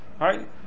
Right